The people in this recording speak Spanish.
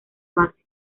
base